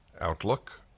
outlook